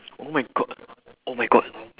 oh my god oh my god